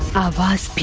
of eyes.